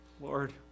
Lord